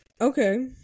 okay